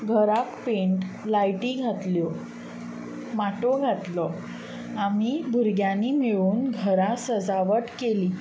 घराक पेंट लायटी घातल्यो माटोव घातलो आमी भुरग्यांनी मेळून घरा सजावट केली